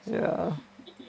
yeah